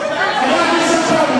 פרוש.